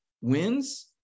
wins